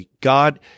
God